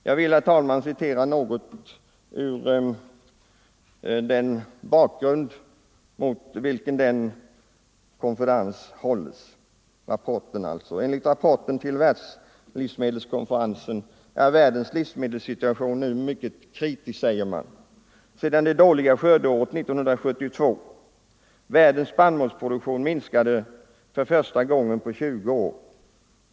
Jag vill något referera den bakgrund mot vilken konferensen hålls. Enligt rapporten till världslivsmedelskonferensen är världens livsmedelssituation mycket kritisk sedan det dåliga skördeåret 1972. Världens spannmålsproduktion minskade då för första gången på 20 år.